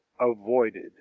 avoided